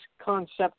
concept